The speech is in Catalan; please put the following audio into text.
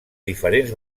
diferents